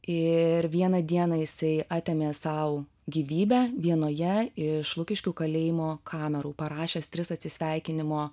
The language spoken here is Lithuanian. ir vieną dieną jisai atėmė sau gyvybę vienoje iš lukiškių kalėjimo kamerų parašęs tris atsisveikinimo